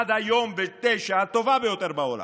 עד היום ב-21:00, הטובה ביותר בעולם.